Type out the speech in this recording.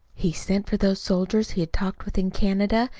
he sent for those soldiers he had talked with in canada,